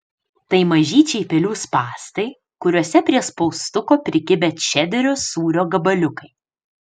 tai mažyčiai pelių spąstai kuriuose prie spaustuko prikibę čederio sūrio gabaliukai